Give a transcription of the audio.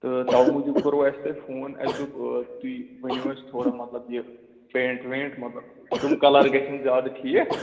تہٕ تَوٕ موٗجوٗب کوٚروٕ اَسہِ تۄہہِ فون اسہِ دوٚپ آ تُہۍ ؤنِو اَسہِ تھوڑا مطلب یہ پینٛٹ وینٛٹ مطلب کٕم کَلر گَژھَن زیادٕ ٹھیٖک